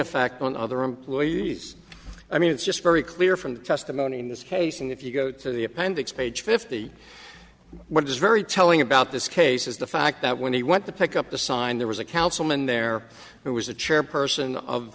effect on other employees i mean it's just very clear from the testimony in this case and if you go to the appendix page fifty what is very telling about this case is the fact that when he went to pick up the sign there was a councilman there who was the chairperson of